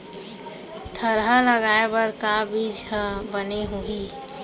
थरहा लगाए बर का बीज हा बने होही?